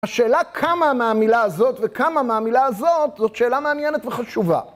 השאלה כמה מהמילה הזאת וכמה מהמילה הזאת זאת שאלה מעניינת וחשובה.